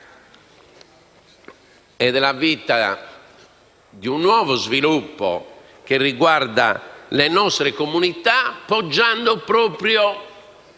e della vita, di un nuovo sviluppo che riguarda le nostre comunità, poggiando proprio